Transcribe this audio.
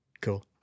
Cool